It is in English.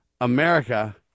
America